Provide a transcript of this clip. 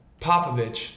Popovich –